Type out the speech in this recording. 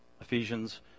Ephesians